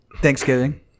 Thanksgiving